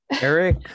Eric